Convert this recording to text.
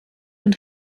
und